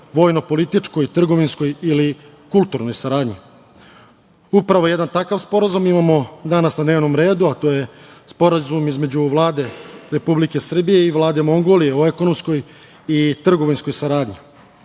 vojno-političkoj, trgovinskoj ili kulturnoj saradnji. Upravo jedan takav sporazum imamo danas na dnevnom redu, a to je Sporazum između Vlade Republike Srbije i Vlade Mongolije o ekonomskoj i trgovinskoj saradnji. Mongolija